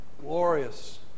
Glorious